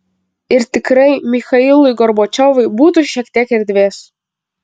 ir tikrai michailui gorbačiovui būtų šiek tiek erdvės